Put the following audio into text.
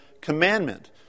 commandment